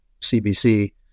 CBC